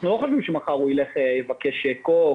לא בטוח שמחר ילך לבקש קוק,